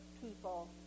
people